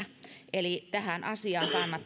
eli tähän asiaan